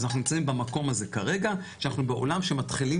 אז אנחנו נמצאים במקום הזה כרגע שאנחנו בעולם שמתחילים